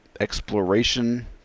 exploration